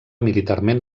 militarment